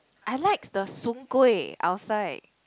I like the Soon-Kueh outside